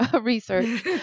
research